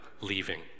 leaving